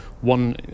one